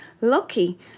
Lucky